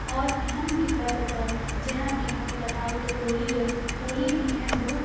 आओर एहन भी पर्व अइ जेनाकि अहाँके बताउ तऽ होली अइ होली भी एहन बहुत